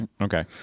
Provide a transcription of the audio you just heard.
Okay